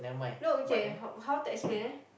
no okay how how to explain eh